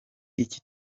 iki